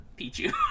Pichu